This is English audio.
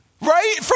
right